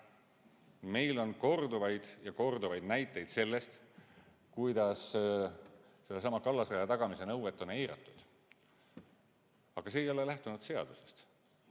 meil on korduvaid ja korduvaid näiteid sellest, kuidas sedasama kallasraja tagamise nõuet on eiratud. Aga see ei ole lähtunud seadusest.